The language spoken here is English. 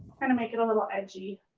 kind of make it a little edgy.